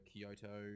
Kyoto